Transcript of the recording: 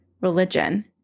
religion